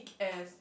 as